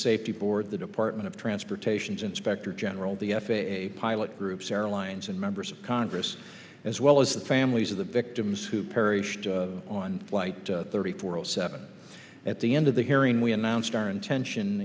safety board the department of transportation's inspector general the f a a pilot groups airlines and members of congress as well as the families of the victims who perished on flight thirty four zero seven at the end of the hearing we announced our intention